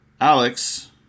Alex